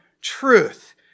truth